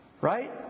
Right